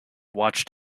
watched